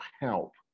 help